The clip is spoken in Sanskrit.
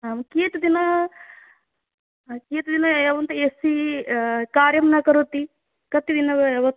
आं कियत् दिनं कियत् दिनम् एवम् ए सि कार्यं न करोति कति दिन अभवत्